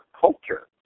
culture